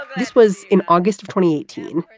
this was in august of twenty eighteen,